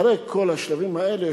אחרי כל השלבים האלה,